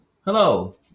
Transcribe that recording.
Hello